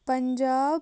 Punjab